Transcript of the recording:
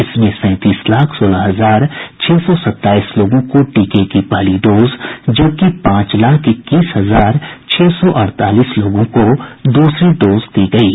इसमें सैंतीस लाख सोलह हजार छह सौ सत्ताईस लोगों को टीके की पहली डोज जबकि पांच लाख इक्कीस हजार छह सौ अड़तालीस लोगों को दूसरी डोज दी गयी है